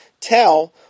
tell